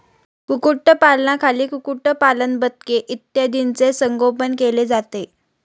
कुक्कुटपालनाखाली कुक्कुटपालन, बदके इत्यादींचे संगोपन केले जाते